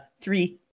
three